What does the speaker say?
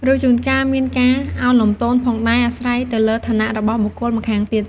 ឬជួនកាលមានការឱនលំទោនផងដែរ អាស្រ័យទៅលើឋានៈរបស់បុគ្គលម្ខាងទៀត។